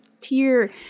tier